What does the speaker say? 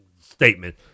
statement